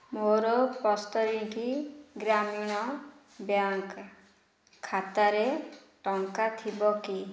ମୋର ପ୍ରସ୍ତଗିରି ଗ୍ରାମୀଣ ବ୍ୟାଙ୍କ ଖାତାରେ ଟଙ୍କା ଥିବ କି